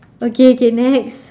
okay okay next